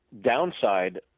downside